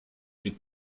est